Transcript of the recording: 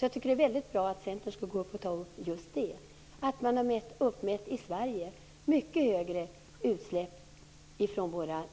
Jag tycker att det är väldigt bra att Centern tar upp just detta. Man har i Sverige uppmätt mycket högre